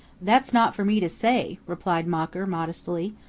that's not for me to say, replied mocker modestly.